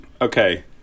okay